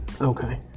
Okay